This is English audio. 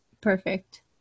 Perfect